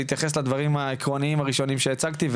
להתייחס לדברים הראשונים שהצגתי.